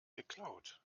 geklaut